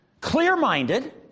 Clear-minded